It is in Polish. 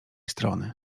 strony